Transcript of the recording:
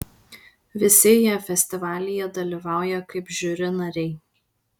visi jie festivalyje dalyvauja kaip žiuri nariai